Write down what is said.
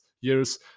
years